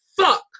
fuck